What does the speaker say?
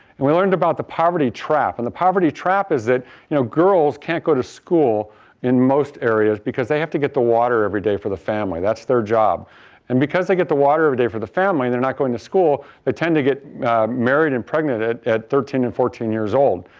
we learned about the poverty trap and the poverty trap is that you know girls can't go to school in most areas because they have to get the water every day for the family. that's their job and because they get the water every day for the family, they're not going to school, they tend to get married and pregnant at thirteen and fourteen years old.